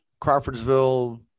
Crawfordsville